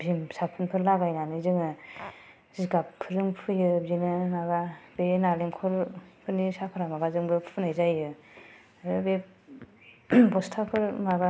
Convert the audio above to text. बेखौ मोजांनो बिदिनो हाथफ्ला होन्नानै बिदिनो माबा भिम साफुनफोर लागाय नानै जोङो